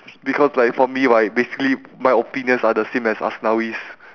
because like for me right basically my opinions are the same as aslawi's